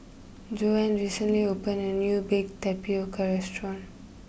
Joanne recently opened a new Baked Tapioca restaurant